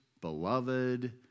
beloved